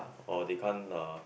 or they can't uh